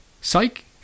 Psych